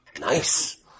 Nice